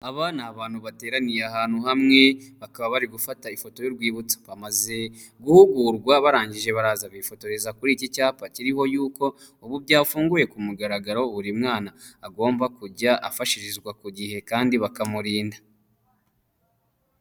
Aba ni abantu bateraniye ahantu hamwe, bakaba bari gufata ifoto y'urwibutso. Bamaze guhugurwa, barangije baraza bifotoreza kuri iki cyapa kiriho yuko, ubu byafunguwe ku mugaragaro, buri mwana agomba kujya afashirizwa ku gihe kandi bakamurinda.